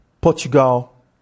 portugal